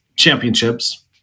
Championships